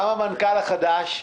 גם המנכ"ל החדש.